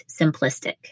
simplistic